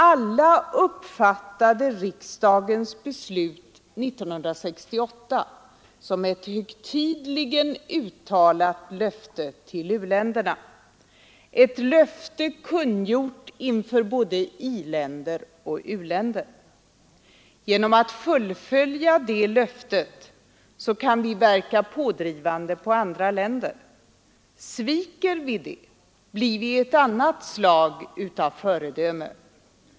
Alla uppfattade riksdagens beslut 1968 som ett högtidligen uttalat löfte till u-länderna, ett löfte kungjort inför både i-länder och u-länder. Genom att fullfölja det kan vi verka pådrivande på andra länder. Sviker vi det blir vi ett annat slags föredöme.